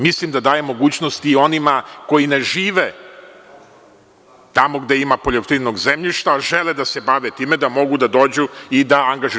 Mislim da daje mogućnosti i onima koji ne žive tamo gde ima poljoprivrednog zemljišta, a žele da se bave time da mogu da dođu i da angažuju.